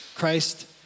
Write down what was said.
Christ